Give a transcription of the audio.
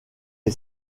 est